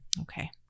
okay